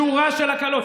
שורה של הקלות.